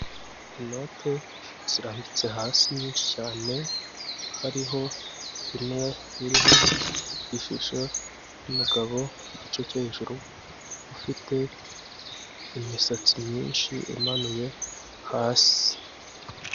Inote zirambitse hasi nyinshi cyane hariho imwe iriho ishusho y'umugabo igice cyo hejuru ufite imisatsi myinshi imanuye hasi.